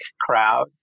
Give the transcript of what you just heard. crowd